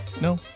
No